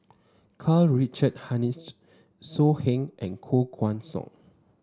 Karl Richard Hanitsch So Heng and Koh Guan Song